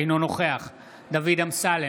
אינו נוכח דוד אמסלם,